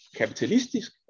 kapitalistisk